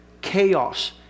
chaos